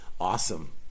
awesome